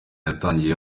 yatangiye